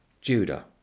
Judah